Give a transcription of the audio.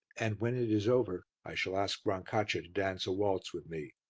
and when it is over i shall ask brancaccia to dance a waltz with me.